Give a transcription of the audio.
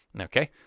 Okay